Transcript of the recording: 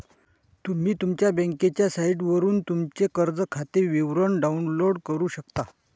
तुम्ही तुमच्या बँकेच्या साइटवरून तुमचे कर्ज खाते विवरण डाउनलोड करू शकता